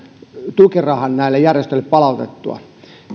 tukirahan näille järjestöille palautettua